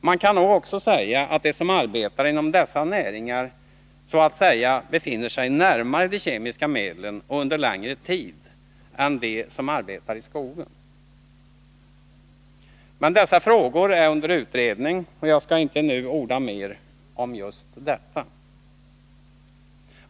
Man kan nog också säga att de som arbetar inom dessa Nr 49 näringar så att säga befinner sig närmare de kemiska medlen och under Torsdagen den längre tid än de som arbetar i skogen. Men dessa frågor är under utredning, 10 december 1981 och jag skall nu inte orda mer om detta.